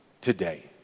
today